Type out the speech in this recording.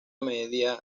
media